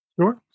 Sure